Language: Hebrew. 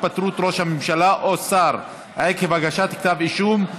התפטרות ראש הממשלה או שר עקב הגשת כתב אישום).